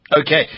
Okay